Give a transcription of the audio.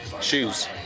shoes